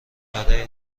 برای